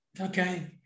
okay